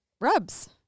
rubs